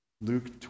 Luke